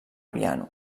piano